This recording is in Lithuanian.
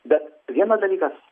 bet vienas dalykas